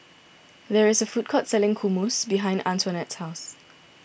there is a food court selling Hummus behind Antonette's house